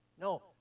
no